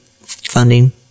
funding